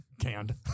canned